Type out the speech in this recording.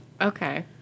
Okay